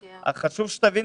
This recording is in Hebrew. אז חשוב שתבין